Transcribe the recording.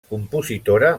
compositora